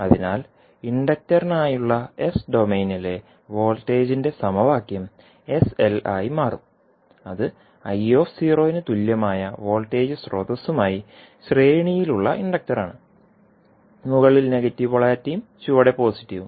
അതിനാൽ ഇൻഡക്റ്ററിനായുള്ള എസ് ഡൊമെയ്നിലെ വോൾട്ടേജിന്റെ സമവാക്യം sL ആയി മാറും അത് Iന് തുല്യമായ വോൾട്ടേജ് സ്രോതസ്സുമായി ശ്രേണിയിൽ ഉള്ള ഇൻഡക്റ്ററാണ് മുകളിൽ നെഗറ്റീവ് പോളാരിറ്റിയും ചുവടെ പോസിറ്റീവ്